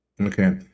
Okay